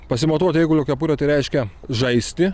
pasimatuoti eigulio kepurę tai reiškia žaisti